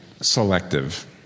selective